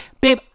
Babe